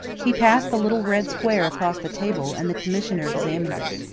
he passed the little red square across the table, and the commissioner examined it.